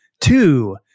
two